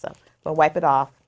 stuff but wipe it off